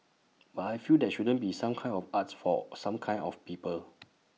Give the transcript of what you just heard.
but I feel there shouldn't be some kinds of arts for some kinds of people